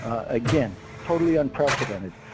again, totally unprecedented.